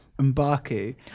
M'Baku